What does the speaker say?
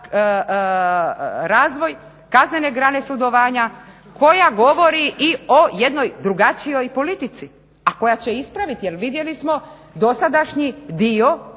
razvoj kaznene grane sudovanja koja govori i o jednoj drugačijoj politici koja će ispraviti jer vidjeli smo dosadašnji dio